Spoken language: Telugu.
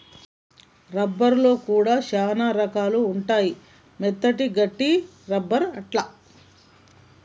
రబ్బర్ లో కూడా చానా రకాలు ఉంటాయి మెత్తటి, గట్టి రబ్బర్ అట్లా